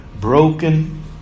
broken